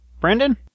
Brandon